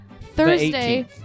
Thursday